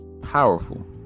powerful